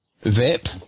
VIP